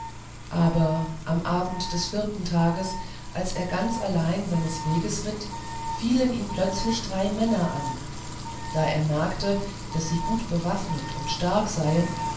aber am abend des vierten tages als er ganz allein seines weges ritt fielen ihn plötzlich drei männer an da er merkte daß sie gut bewaffnet und stark seien